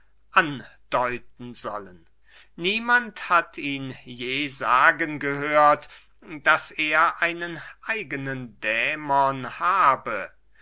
andeuten sollen niemand hat ihn je sagen gehört daß er einen eigenen dämon habe